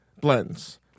blends